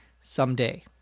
someday